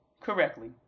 correctly